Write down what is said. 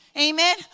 amen